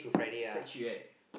sec-three right